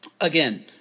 again